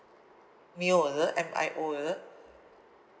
mio is it M I O is it